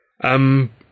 Um